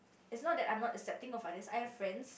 it's not that I'm not accepting of others I've friends